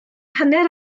hanner